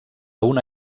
una